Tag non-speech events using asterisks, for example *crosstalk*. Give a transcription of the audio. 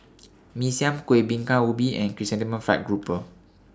*noise* Mee Siam Kuih Bingka Ubi and Chrysanthemum Fried Grouper